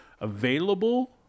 available